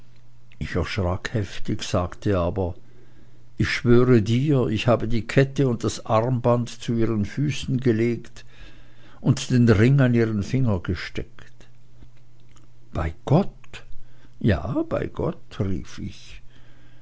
ich erschrak heftig sagte aber ich schwöre dir ich habe die kette und das armband zu ihren füßen gelegt und den ring an ihren finger gesteckt bei gott ja bei gott rief ich